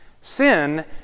Sin